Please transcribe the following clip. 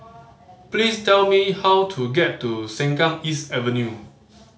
please tell me how to get to Sengkang East Avenue